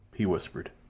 he whispered.